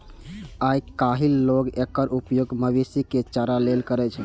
आइकाल्हि लोग एकर उपयोग मवेशी के चारा लेल करै छै